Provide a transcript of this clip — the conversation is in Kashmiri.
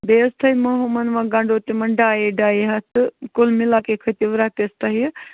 بیٚیہِ حظ تھٲیمو ہُمَن مہ گنڈو تِمَن ڈایے ڈایے ہَتھ تہٕ کُل مِلا کے کھٔتِو رۄپیَس تۄہہِ